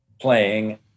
playing